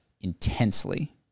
intensely